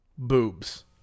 Boobs